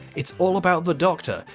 it's all about the doctor.